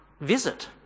visit